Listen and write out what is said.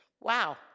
wow